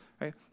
right